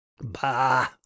Bah